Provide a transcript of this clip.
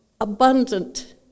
abundant